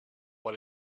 what